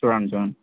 చూడండి చూడండి